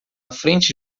frente